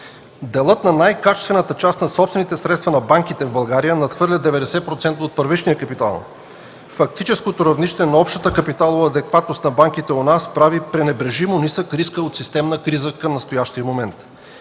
Делът на най-качествената част на собствените средства на банките в България надхвърля 90% от първичния капитал. Фактическото равнище на общата капиталова адекватност на банките у нас прави пренебрежимо нисък риска от системна криза към настоящия момент.